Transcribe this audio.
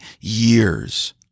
years